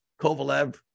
Kovalev